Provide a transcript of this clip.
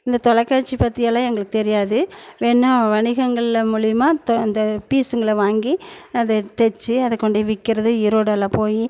இந்த தொலைக்காட்சி பற்றியெல்லாம் எங்களுக்கு தெரியாது வேண்ணா வணிகங்கள் மூலிமா இந்த பீஸ்ஸுங்களை வாங்கி அதை தச்சு அதை கொண்டி விற்கிறது ஈரோடில் போய்